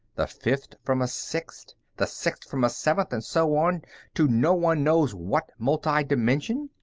the fifth from a sixth, the sixth from a seventh, and so on to no one knows what multidimension?